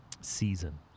season